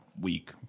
week